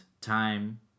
time